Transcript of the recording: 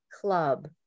club